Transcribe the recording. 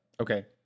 Okay